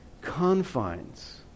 confines